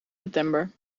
september